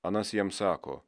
anas jam sako